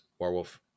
Warwolf